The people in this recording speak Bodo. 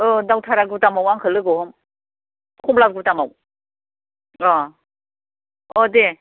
औ दावथारा गुदामाव आंखौ लोगो हम खमला गुदामाव अह अह दे